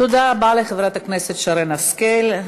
תודה רבה לחברת הכנסת שרן השכל.